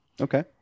Okay